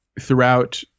throughout